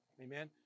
Amen